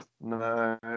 no